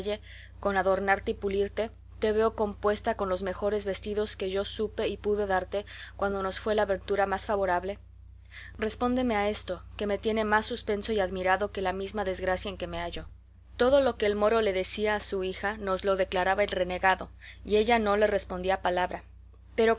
con adornarte y pulirte te veo compuesta con los mejores vestidos que yo supe y pude darte cuando nos fue la ventura más favorable respóndeme a esto que me tiene más suspenso y admirado que la misma desgracia en que me hallo todo lo que el moro decía a su hija nos lo declaraba el renegado y ella no le respondía palabra pero